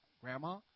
grandma